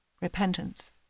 Repentance